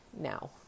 now